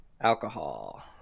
alcohol